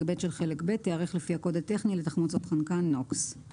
ב' של חלק ב' תיערך לפי הקוד טכני לתחמוצות חנקן NOx) ).